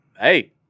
hey –